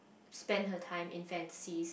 spend her time in fantasies